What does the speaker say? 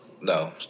No